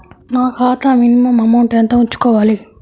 నా ఖాతా minimum amount ఎంత ఉంచుకోవాలి?